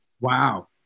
Wow